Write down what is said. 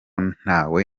ntawe